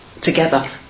together